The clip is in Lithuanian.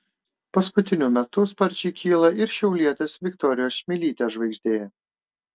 paskutiniu metu sparčiai kyla ir šiaulietės viktorijos čmilytės žvaigždė